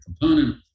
component